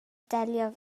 delio